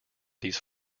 these